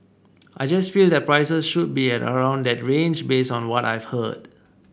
I just feel that prices should be around that range based on what I've heard